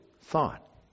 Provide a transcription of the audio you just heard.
thought